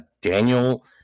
Daniel